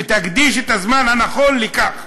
ותקדיש את הזמן הנכון לכך.